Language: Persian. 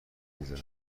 میزنم